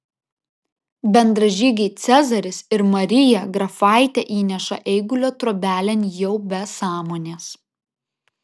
bendražygiai cezaris ir marija grafaitę įneša eigulio trobelėn jau be sąmonės